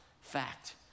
fact